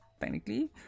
technically